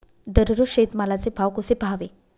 दररोज शेतमालाचे भाव कसे पहावे?